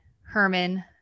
Herman